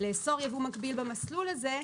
לאסור ייבוא מקביל במסלול הזה,